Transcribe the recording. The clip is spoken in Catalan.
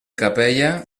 capella